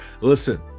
listen